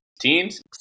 teams